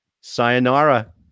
sayonara